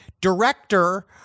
director